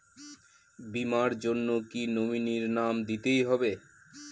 বীমার জন্য কি নমিনীর নাম দিতেই হবে?